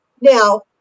Now